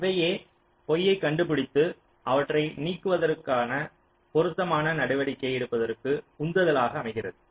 இவையேபொய்யைக் கண்டுபிடித்து அவற்றை நீக்குவதற்கான பொருத்தமான நடவடிக்கை எடுப்பதற்கு உந்துலாக அமைகிறது